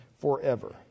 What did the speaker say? forever